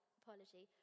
apology